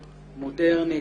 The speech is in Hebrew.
מודרני,